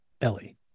Ellie